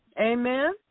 Amen